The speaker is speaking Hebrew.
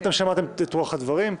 אתם שמעתם את רוח הדברים.